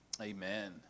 Amen